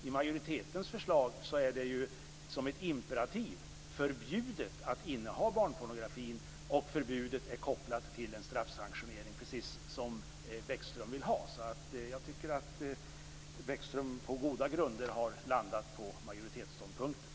I majoritetens förslag är det som ett imperativ förbjudet att inneha barnpornografin, och förbudet är kopplat till en straffsanktionering, precis som Bäckström vill ha. Jag tycker att Bäckström på goda grunder har landat på majoritetsståndpunkten.